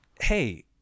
Hey